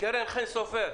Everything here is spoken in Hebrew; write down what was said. קרן חן סופר,